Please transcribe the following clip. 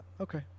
Okay